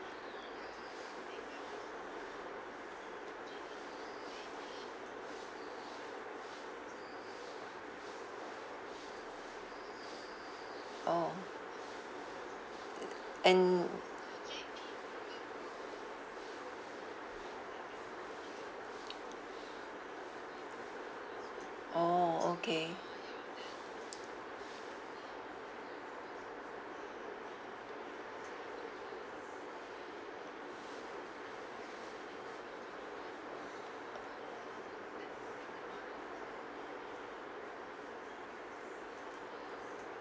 orh and orh okay